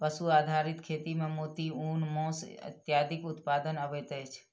पशु आधारित खेती मे मोती, ऊन, मौस इत्यादिक उत्पादन अबैत अछि